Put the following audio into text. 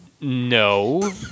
No